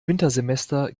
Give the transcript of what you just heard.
wintersemester